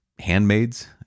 handmaids